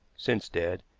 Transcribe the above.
since dead,